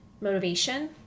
motivation